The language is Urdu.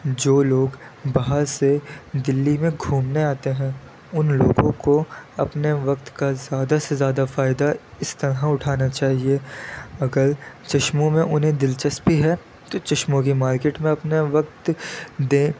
جو لوگ باہر سے دلی میں گھومنے آتے ہیں ان لوگوں کو اپنے وقت کا زیادہ سے زیادہ فائدہ اس طرح اٹھانا چاہیے اگر چشموں میں انہیں دلچسپی ہے تو چشموں کی مارکیٹ میں اپنے وقت دیں